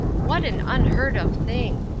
what an unheard of thing!